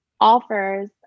offers